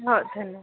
हो धन्यवाद